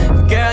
Girl